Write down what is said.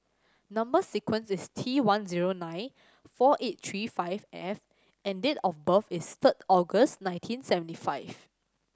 number sequence is T one zero nine four eight three five F and date of birth is third August nineteen seventy five